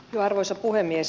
arvoisa puhemies